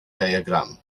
diagram